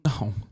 No